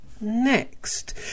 next